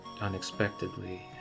unexpectedly